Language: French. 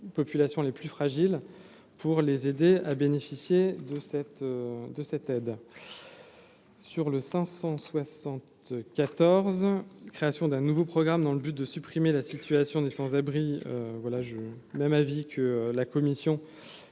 des populations les plus fragiles pour les aider à bénéficier de cette, de cette aide sur le 574 création d'un nouveau programme, dans le but de supprimer la situation des sans-abri,